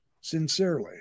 Sincerely